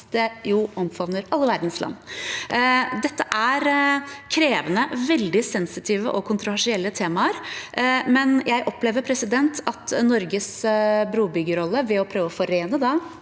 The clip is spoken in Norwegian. jo omfavner alle verdens land. Dette er krevende, veldig sensitive og kontroversielle temaer, men jeg opplever at Norges brobyggerrolle ved å prøve å forene